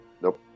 Nope